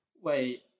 Wait